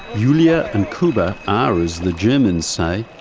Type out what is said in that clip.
julia and kuba are, as the germans say,